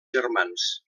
germans